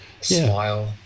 smile